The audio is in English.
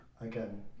again